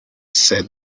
said